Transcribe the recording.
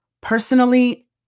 Personally